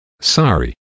Sorry